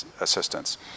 assistance